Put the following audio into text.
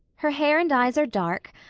her hair and eyes are dark,